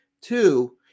Two